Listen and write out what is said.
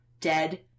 dead